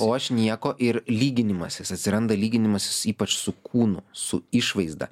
o aš nieko ir lyginimasis atsiranda lyginimasis ypač su kūnu su išvaizda